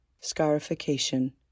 Scarification